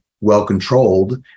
well-controlled